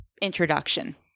introduction